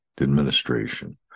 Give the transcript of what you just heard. administration